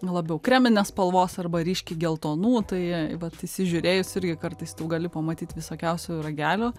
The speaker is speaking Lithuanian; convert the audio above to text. labiau kreminės spalvos arba ryškiai geltonų tai vat įsižiūrėjus irgi kartais tu gali pamatyt visokiausių ragelių